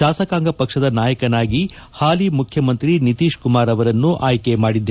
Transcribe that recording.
ಶಾಸಕಾಂಗ ಪಕ್ಷದ ನಾಯಕನಾಗಿ ಪಾಲಿ ಮುಖ್ಯಮಂತ್ರಿ ನಿತೀಶ್ ಕುಮಾರ್ ಅವರನ್ನು ಆಯ್ಕೆ ಮಾಡಿದೆ